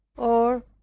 or,